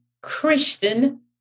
Christian